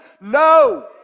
No